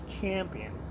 champion